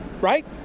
right